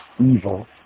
evil